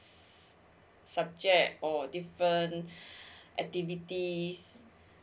subjects or different activities